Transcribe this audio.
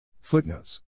Footnotes